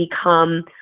become